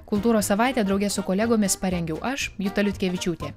kultūros savaitę drauge su kolegomis parengiau aš juta liutkevičiūtė